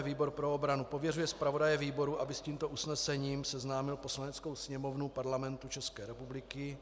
Výbor pro obranu pověřuje zpravodaje výboru, aby s tímto usnesením seznámil Poslaneckou sněmovnu Parlamentu České republiky.